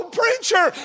preacher